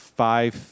five